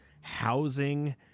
housing